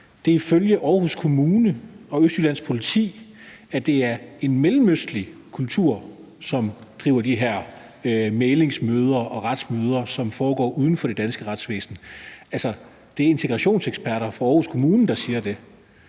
Det er ifølge Aarhus Kommune og Østjyllands Politi en mellemøstlig kultur, som driver de her mæglingsmøder og retsmøder, som foregår uden for det danske retsvæsen. Det er integrationseksperter fra Aarhus Kommune, der siger det.